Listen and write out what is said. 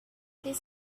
this